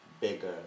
bigger